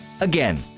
Again